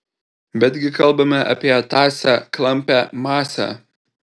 bet gi kalbame apie tąsią klampią masę